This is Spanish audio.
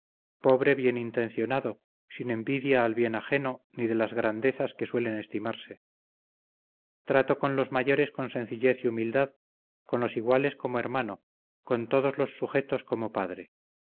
pobre bien intencionado sin envidia al bien ajeno ni de las grandezas que suelen estimarse trato con los mayores con sencillez y humildad con los iguales como hermano con todos los sujetos como padre